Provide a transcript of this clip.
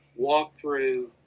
walkthrough